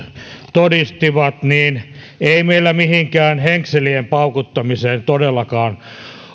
todistivat ei meillä mihinkään henkselien paukuttamiseen todellakaan